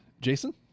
Jason